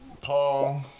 Paul